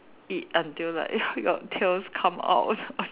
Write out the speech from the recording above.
eat until like your your tails come out